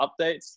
updates